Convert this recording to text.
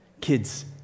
kids